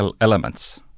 elements